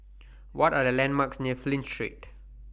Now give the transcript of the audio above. What Are The landmarks near Flint Street